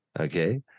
okay